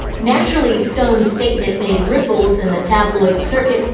naturally, stone's statement made ripples in the tabloid circuit,